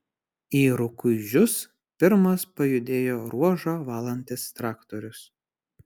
į rukuižius pirmas pajudėjo ruožą valantis traktorius